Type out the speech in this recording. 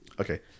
okay